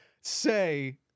say